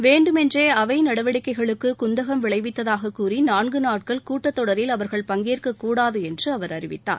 வேண்டுமென்றே அவை நடவடிக்கைகளுக்கு குந்தகம் விளைவித்ததாக கூறி நான்கு நாட்கள் கூட்டத்தொடரில் அவர்கள் பங்கேற்கக்கூடாது என்று அவர் அறிவித்தார்